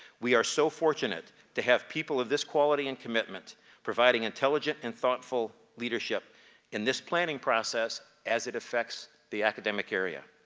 we are so fortunate to have people of this quality and commitment providing intelligent and thoughtful leadership in this planning process as it affects the academic area.